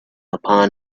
upon